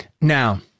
Now